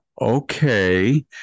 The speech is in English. Okay